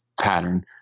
pattern